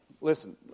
listen